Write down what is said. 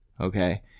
Okay